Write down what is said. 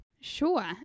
Sure